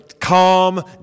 calm